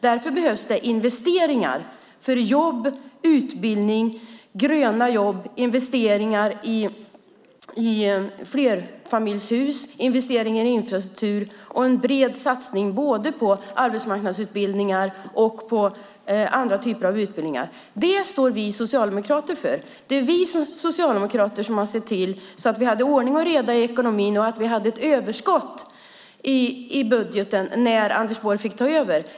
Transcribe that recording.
Därför behövs det investeringar för jobb, även gröna jobb, och utbildning, investeringar i flerfamiljshus och i infrastruktur och en bred satsning på både arbetsmarknadsutbildningar och andra typer av utbildningar. Det står vi socialdemokrater för. Det var vi socialdemokrater som såg till att vi hade ordning och reda i ekonomin och ett överskott i budgeten när Anders Borg fick ta över.